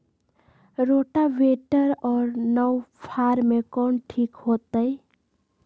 Rotavator और नौ फ़ार में कौन ठीक होतै?